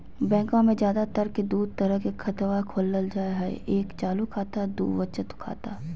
बैंकवा मे ज्यादा तर के दूध तरह के खातवा खोलल जाय हई एक चालू खाता दू वचत खाता